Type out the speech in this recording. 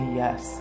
yes